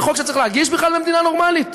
זה חוק שבכלל צריך להגיש במדינה נורמלית?